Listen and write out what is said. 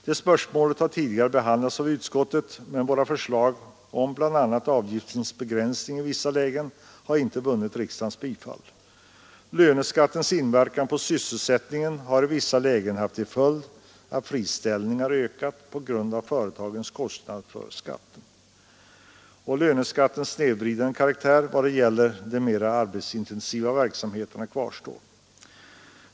Detta spörsmål har tidigare behandlats av utskottet, men våra förslag om bl.a. avgiftens begränsning i vissa lägen har inte vunnit riksdagens bifall. Löneskatten har i vissa lägen haft till följd att friställningarna ökat på grund av företagens kostnad för denna skatt, och löneskattens snedvridande karaktär vad gäller de mera arbetsintensiva verksamheterna kvarstår.